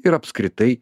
ir apskritai